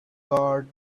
guard